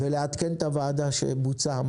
נא לעדכן את הוועדה שזה בוצע.